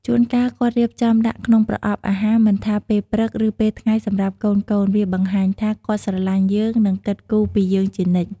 ជួនកាល គាត់រៀបចំដាក់ក្នុងប្រអប់អាហារមិនថាពេលព្រឹក ឬពេលថ្ងៃសម្រាប់កូនៗ វាបង្ហាញថា គាត់ស្រឡាញ់យើងនិងគិតគូរពីយើងជានិច្ច។